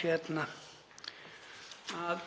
kerfið